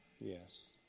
Yes